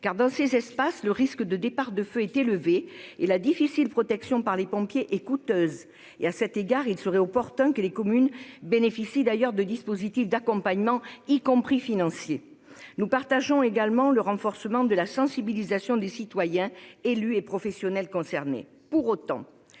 car, dans ces espaces, le risque de départs de feux est élevé et la protection par les pompiers difficile et coûteuse. À cet égard, il serait opportun que les communes bénéficient de dispositifs d'accompagnement, y compris financiers. Nous partageons également la nécessité d'un renforcement de la sensibilisation des citoyens, élus et professionnels concernés.